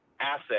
asset